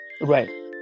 right